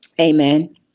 Amen